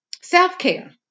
self-care